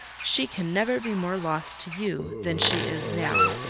she can never be more lost to you than she is now.